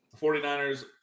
49ers